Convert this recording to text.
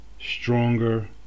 stronger